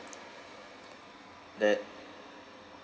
that